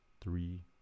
three